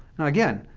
again,